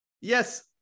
Yes